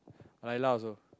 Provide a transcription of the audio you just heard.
Layla also